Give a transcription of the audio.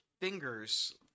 Fingers